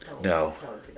no